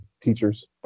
teachers